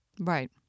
Right